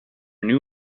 new